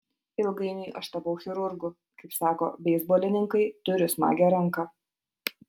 ilgainiui aš tapau chirurgu kaip sako beisbolininkai turiu smagią ranką